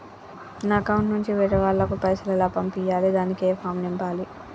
నా అకౌంట్ నుంచి వేరే వాళ్ళకు పైసలు ఎలా పంపియ్యాలి దానికి ఏ ఫామ్ నింపాలి?